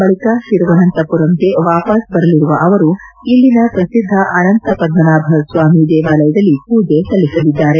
ಬಳಿಕ ತಿರುವನಂತಪುರಂಗೆ ವಾಪಸ್ ಬರಲಿರುವ ಅವರು ಇಲ್ಲಿನ ಶ್ರುದ್ದ ಅನಂತ ಪದ್ಮನಾಭಸ್ವಾಮಿ ದೇವಾಲಯದಲ್ಲಿ ಮೂಜೆ ಸಲ್ಲಿಸಲಿದ್ದಾರೆ